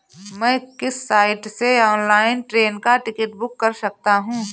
मैं किस साइट से ऑनलाइन ट्रेन का टिकट बुक कर सकता हूँ?